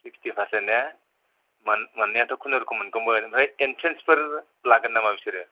sixty percent ने मोनायाथ' खुनुरुखुम मोनगौमोन आमफ्राइ इनट्रेनसफोर लागोन नामा बिसोरो